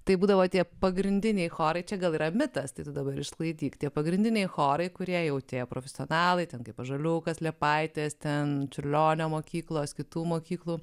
taip būdavo tie pagrindiniai chorai čia gal yra mitas tai dabar išsklaidyk tie pagrindiniai chorai kurie jau tie profesionalai ten kaip ąžuoliukas liepaitės ten čiurlionio mokyklos kitų mokyklų